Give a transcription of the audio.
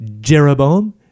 Jeroboam